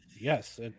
Yes